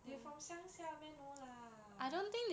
they from 乡下 meh no lah